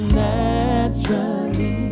naturally